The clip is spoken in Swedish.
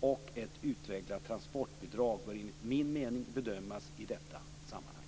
och ett utvecklat transportbidrag bör enligt min mening bedömas i detta sammanhang.